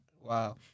Wow